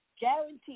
guaranteed